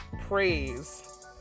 praise